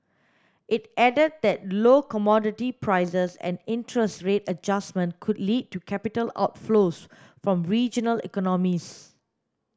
it added that low commodity prices and interest rate adjustment could lead to capital outflows from regional economies